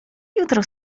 jutro